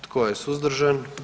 Tko je suzdržan?